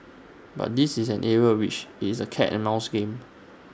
but this is an area which IT is A cat and mouse game